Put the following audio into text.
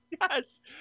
yes